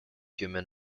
human